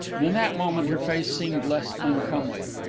and in that moment her face seemed less uncomely.